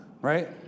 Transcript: right